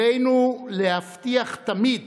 עלינו להבטיח תמיד